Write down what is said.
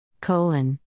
colon